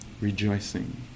rejoicing